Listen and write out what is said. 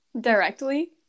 Directly